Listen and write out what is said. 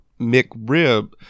McRib